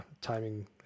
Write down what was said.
timing